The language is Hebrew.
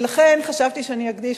ולכן חשבתי שאני אקדיש,